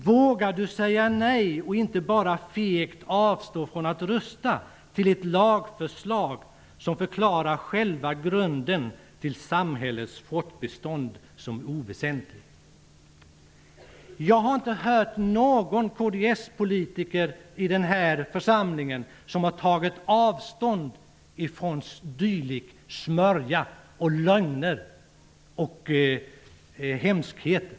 Vågar du säga nej och inte bara fegt avstå från att rösta på ett lagförslag som förklarar själva grunden till samhällets fortbestånd som oväsentlig? Jag har inte hört någon kds-politiker i den här församlingen som har tagit avstånd från dylik smörja, lögner och hemskheter.